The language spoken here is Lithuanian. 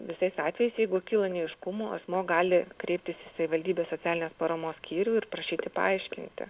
visais atvejais jeigu kyla neaiškumų asmuo gali kreiptis į savivaldybės socialinės paramos skyrių ir prašyti paaiškinti